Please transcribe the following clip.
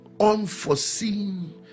unforeseen